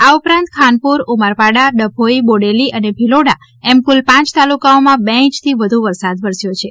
આ ઉપરાંત ખાનપુર ઉમરપાડા ડભોઇ બોડેલી અને ભીલોડામાં એમ કુલ પાંચ તાલુકાઓમાં બે ઇંચથી વધુ વરસાદ વરસ્યો છે